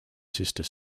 sister